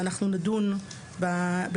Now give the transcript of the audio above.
ואנחנו נדון בעניינן.